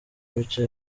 ibice